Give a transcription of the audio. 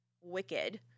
wicked